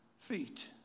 feet